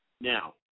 Now